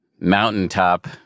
mountaintop